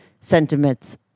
sentiments